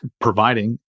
providing